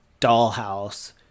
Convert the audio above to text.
dollhouse